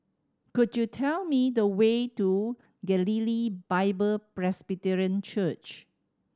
could you tell me the way to Galilee Bible Presbyterian Church